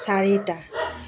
চাৰিটা